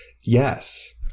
yes